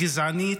הגזענית,